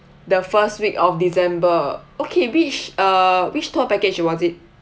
the first week of december okay which uh which tour package was it